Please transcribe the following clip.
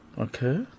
Okay